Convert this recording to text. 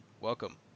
Welcome